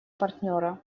партнера